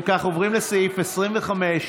אנחנו עוברים לסעיף 25,